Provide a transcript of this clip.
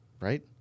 Right